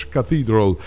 Cathedral